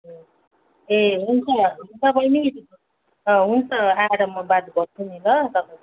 ए ए हुन्छ हुन्छ बहिनी हुन्छ आएर म बात गर्छु नि ल तपाईँसँग